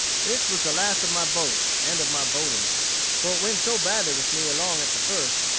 this was the last of my boats, and of my boating for it went so badly with me along at the first,